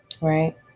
Right